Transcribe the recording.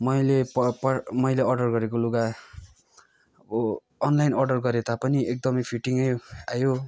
मैले पर पर मैले अर्डर गरेको लुगा अब अनलाइन अर्डर गरे तापनि एकदमै फिटिङै आयो